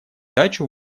дачу